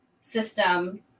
system